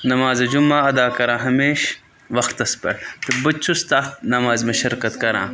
نمازِ جُمعہ ادا کَران ہمیشہٕ وقتَس پٮ۪ٹھ تہٕ بہٕ تہِ چھُس تتھ نمازِ منٛز شرکت کَران